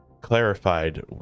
clarified